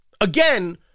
Again